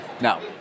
No